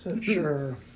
Sure